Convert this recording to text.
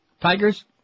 Tigers